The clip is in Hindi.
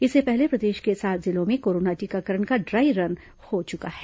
इससे पहले प्रदेश के सात जिलों में कोरोना टीकाकरण का ड्राय रन हो चुका है